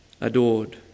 adored